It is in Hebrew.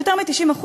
יותר מ-90%,